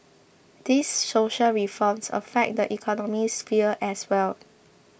these social reforms affect the economic sphere as well